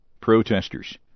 protesters